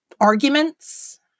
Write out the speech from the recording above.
arguments